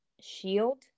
Shield